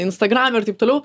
instagrame ir taip toliau